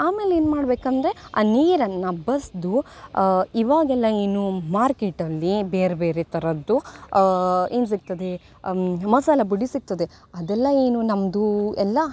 ಆಮೇಲೆ ಏನು ಮಾಡ್ಬೇಕಂದರೆ ಆ ನೀರನ್ನು ಬಸಿದು ಇವಾಗೆಲ್ಲ ಏನು ಮಾರ್ಕೆಟಲ್ಲಿ ಬೇರೆ ಬೇರೆ ಥರದ್ದು ಏನು ಸಿಗ್ತದೆ ಮಸಾಲೆ ಪುಡಿ ಸಿಗ್ತದೆ ಅದೆಲ್ಲ ಏನು ನಮ್ಮದೂ ಎಲ್ಲ